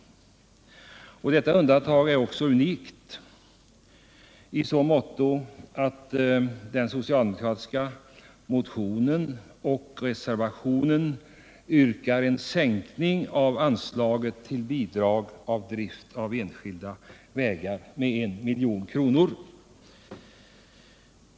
Detta undantag är också unikt: den socialdemokratiska motionen och reservationen yrkar på en sänkning av anslaget till Bidrag till drift av enskilda vägar m.m. med 1 milj.kr.